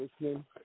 listening